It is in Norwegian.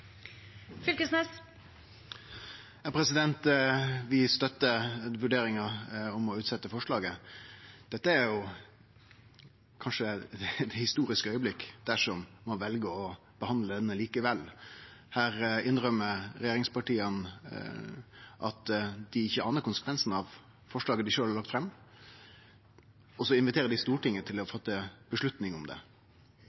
Vi støttar vurderinga om å utsetje forslaget. Det er kanskje ein historisk augeblink dersom ein vel å behandle saka likevel. Her innrømmer regjeringspartia at dei ikkje aner konsekvensane av forslaget dei sjølve har lagt fram, og så inviterer dei Stortinget til å